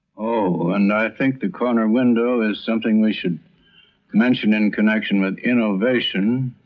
oh, and i think the corner window is something we should mention in connection with innovation,